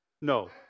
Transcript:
No